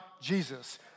Jesus